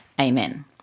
Amen